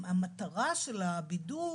המטרה של הבידוד